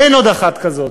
אין עוד אחת כזאת.